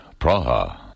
Praha